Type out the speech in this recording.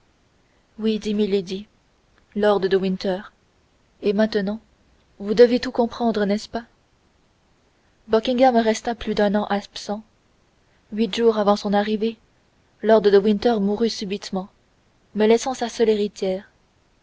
oui dit milady lord de winter et maintenant vous devez tout comprendre n'est-ce pas buckingham resta plus d'un an absent huit jours avant son arrivée lord de winter mourut subitement me laissant sa seule héritière